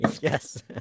yes